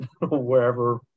wherever